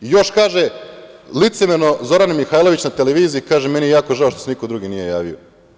Još kaže licemerno Zorana Mihajlović na televiziji, kaže – meni je jako žao što se niko drugi nije javio.